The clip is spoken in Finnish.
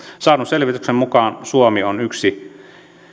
saadun selvityksen mukaan suomi on yksi